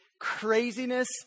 craziness